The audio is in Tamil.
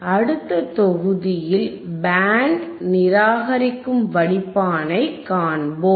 அடுத்த தொகுதியில் பேண்ட் நிராகரிக்கும் வடிப்பானைக் காண்போம்